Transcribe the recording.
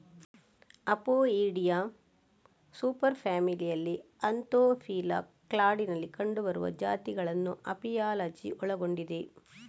Apoidea super ಫ್ಯಾಮಿಲಿಯಲ್ಲಿ Anthophila ಕ್ಲಾಡಿನಲ್ಲಿ ಕಂಡುಬರುವ ಜಾತಿಗಳನ್ನು ಅಪಿಯಾಲಜಿ ಒಳಗೊಂಡಿದೆ